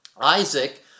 Isaac